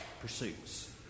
pursuits